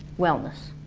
wellness.